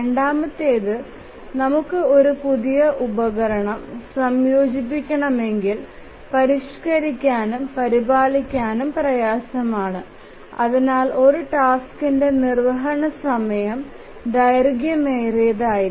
രണ്ടാമത്തേത് നമുക്ക് ഒരു പുതിയ ഉപകരണം സംയോജിപ്പിക്കണമെങ്കിൽ പരിഷ്ക്കരിക്കാനും പരിപാലിക്കാനും പ്രയാസമാണ് അതിനാൽ ഒരു ടാസ്ക്കിന്റെ നിർവ്വഹണ സമയം ദൈർഘ്യമേറിയതാണ്